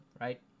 right